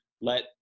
let